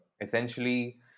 essentially